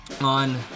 on